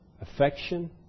affection